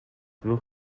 wird